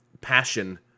passion